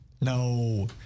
No